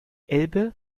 elbe